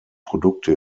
produkte